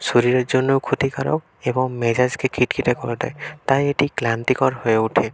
শরীরের জন্যও ক্ষতিকারক এবং মেজাজকে খিটখিটে করে দেয় তাই এটি ক্লন্তিকর হয়ে ওঠে